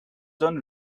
zone